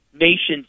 nation's